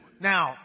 Now